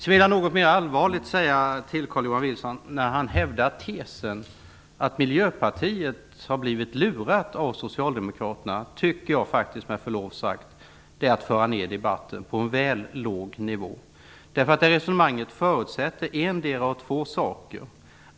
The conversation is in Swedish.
Sedan vill jag mera allvarligt säga: När Carl-Johan Wilson hävdar tesen att Miljöpartiet blivit lurat av Socialdemokraterna tycker jag med förlov sagt att det är att föra ned debatten på väl låg nivå. Resonemanget förutsätter endera av två saker.